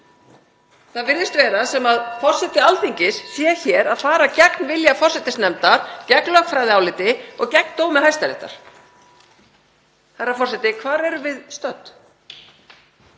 Það virðist vera sem forseti Alþingis sé hér að fara gegn vilja forsætisnefndar, gegn lögfræðiáliti og gegn dómi Hæstaréttar. Herra forseti. Hvar erum við stödd?